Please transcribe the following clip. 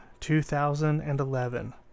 2011